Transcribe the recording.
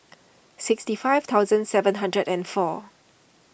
sixty five thousand seven hundred and four